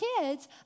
kids